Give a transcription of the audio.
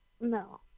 No